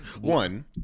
One